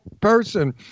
person